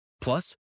Plus